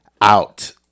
out